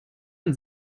man